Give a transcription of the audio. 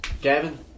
Gavin